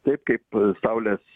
taip kaip saulės